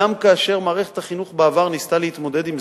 גם כאשר מערכת החינוך בעבר ניסתה להתמודד עם זה,